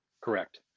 Correct